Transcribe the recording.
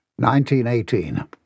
1918